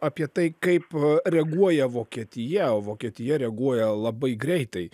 apie tai kaip reaguoja vokietija o vokietija reaguoja labai greitai